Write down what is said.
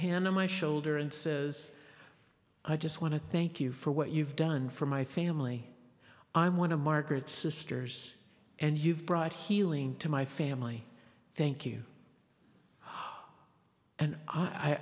hand on my shoulder and says i just want to thank you for what you've done for my family i'm one of margaret sisters and you've brought healing to my family thank you and